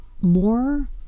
more